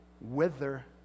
wither